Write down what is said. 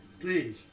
Please